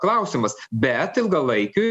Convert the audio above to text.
klausimas bet ilgalaikiui